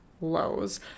lows